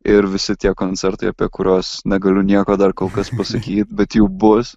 ir visi tie koncertai apie kuriuos negaliu nieko dar kol kas pasakyt bet jų bus